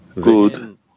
good